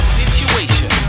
situation